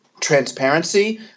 transparency